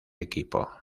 equipo